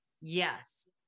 Yes